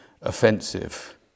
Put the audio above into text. offensive